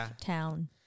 town